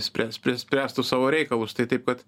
spręs spręs spręstų savo reikalus tai taip kad